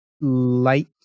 light